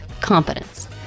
competence